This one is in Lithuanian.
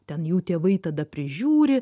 ten jų tėvai tada prižiūri